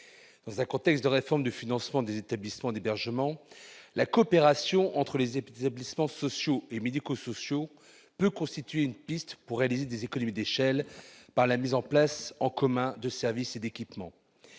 Dans un contexte de réforme du financement des établissements d'hébergement, la coopération entre les établissements sociaux et médico-sociaux peut constituer une piste pour réaliser des économies d'échelle, par la mise en commun de services et d'équipements.